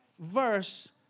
verse